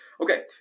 Okay